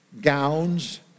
gowns